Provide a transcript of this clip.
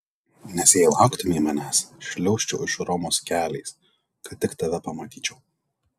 nes jei lauktumei manęs šliaužčiau iš romos keliais kad tik tave pamatyčiau